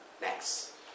next